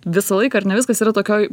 visą laiką ar ne viskas yra tokioj